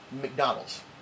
McDonald's